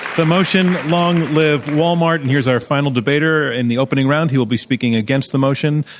the motion, long live walmart, and here's our final debater in the opening round. he will be speaking against the motion,